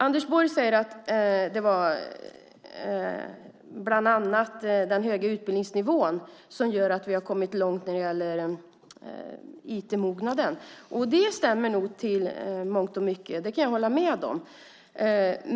Anders Borg säger att bland annat den höga utbildningsnivån gör att vi har kommit långt när det gäller IT-mognaden. Det stämmer nog i mångt och mycket. Det kan jag hålla med om.